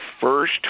first